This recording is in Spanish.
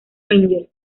rangers